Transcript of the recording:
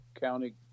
county